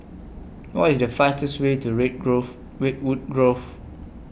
What IS The fastest Way to Red Grove Redwood Grove